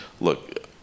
look